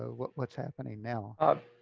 ah what's what's happening now. ah